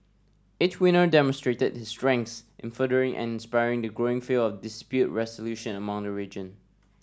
each winner demonstrated his strengths in furthering and inspiring the growing field of dispute resolution around the region